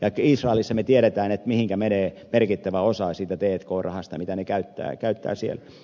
israelista me tiedämme mihinkä menee merkittävä osa siitä t k rahasta jota ne käyttävät siellä